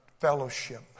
fellowship